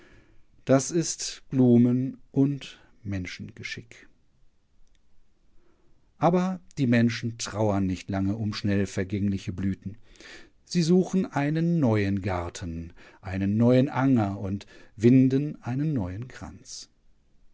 das ist blumen und menschengeschick aber die menschen trauern nicht lange um schnell vergängliche blüten sie suchen einen neuen garten einen neuen anger und winden einen neuen kranz